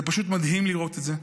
זה פשוט מדהים לראות את זה.